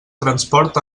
transport